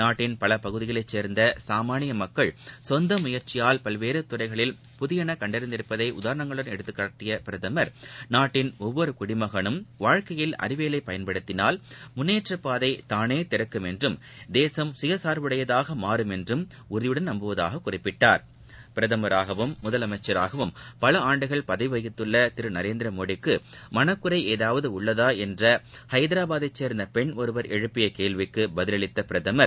நாட்டின் பல பகுதிகளை சேர்ந்த சாமானிய மக்கள் சொந்த முயற்சியால் பல்வேறு துறைகளில் புதியன கண்டறிந்திருப்பதை உதாரணங்களுடன் எடுத்துரைத்த பிரதமர் நாட்டின் ஒவ்வொரு குடிமகனும் வாழ்க்கையில் அறிவியலை பயன்படுத்தினால் முன்னேற்றப்பாதை தானே திறக்கும் என்றும் தேசம் கயசார்புடையதாக மாறும் என்றும் உறுதியுடன் நம்புவதாக குறிப்பிட்டார் பிரதமராகவும் முதலமைச்சராகவும் பல ஆண்டுகள் பதவி வகித்துள்ள திரு நரேந்திரமோடிக்கு மனக்குறை ஏதாவது உள்ளதா என்ற ஐதராபாதை சேர்ந்த பெண் ஒருவர் எழுப்பிய கேள்விக்கு பதிலளித்த பிரதமர்